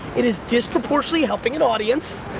it is disproportionately helping an audience,